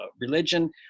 religion